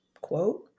quote